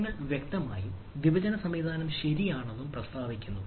നയങ്ങൾ വ്യക്തമായും വിഭജന സംവിധാനം ശരിയാണെന്ന് പ്രസ്താവിക്കുന്നു